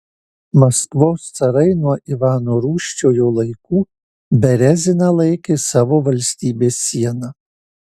maskvos carai nuo ivano rūsčiojo laikų bereziną laikė savo valstybės siena